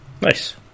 Nice